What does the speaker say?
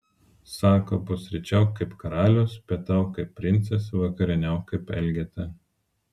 sako pusryčiauk kaip karalius pietauk kaip princas vakarieniauk kaip elgeta